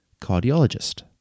cardiologist